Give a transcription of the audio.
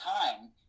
time